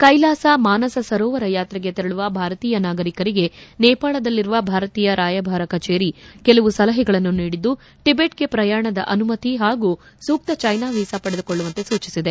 ಕ್ಷೆಲಾಸ ಮಾನಸ ಸರೋವರ ಯಾತ್ರೆಗೆ ತೆರಳುವ ಭಾರತೀಯ ನಾಗರಿಕರಿಗೆ ನೇಪಾಳದಲ್ಲಿರುವ ಭಾರತೀಯ ರಾಯಭಾರ ಕಜೇರಿ ಕೆಲವು ಸಲಹೆಗಳನ್ನು ನೀಡಿದ್ದು ಟಿಬೆಟ್ಗೆ ಪ್ರಯಾಣದ ಅನುಮತಿ ಹಾಗೂ ಸೂಕ್ತ ಚ್ಯೆನಾ ವೀಸಾ ಪಡೆದುಕೊಳ್ಳುವಂತೆ ಸೂಚಿಸಿದೆ